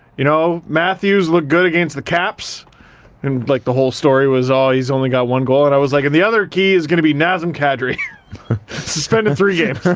you know matthews looked good against the caps and like, the whole story was, ah he's only got one goal and i was like, and the other key is gonna be nazem kadri suspended three games.